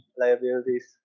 liabilities